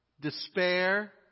despair